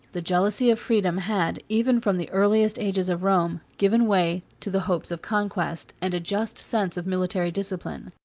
the jealousy of freedom had, even from the earliest ages of rome, given way to the hopes of conquest, and a just sense of military discipline.